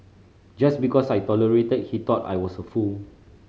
just because I tolerated he thought I was a fool